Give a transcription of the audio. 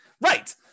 Right